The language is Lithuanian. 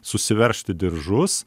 susiveržti diržus